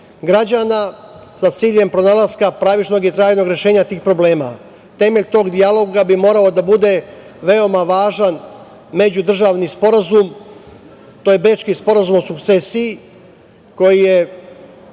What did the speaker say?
građana, sa ciljem pronalaska pravičnog i trajnog rešenja tih problema. Temelj tog dijaloga bi morao da bude veoma važan međudržavni sporazum, to je Bečki sporazum o sukcesiji, koji je